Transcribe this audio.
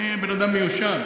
אני בן-אדם מיושן.